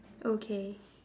okay